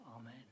Amen